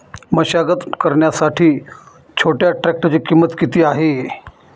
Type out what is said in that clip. मशागत करण्यासाठी छोट्या ट्रॅक्टरची किंमत किती आहे?